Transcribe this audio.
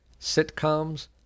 sitcoms